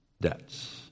debts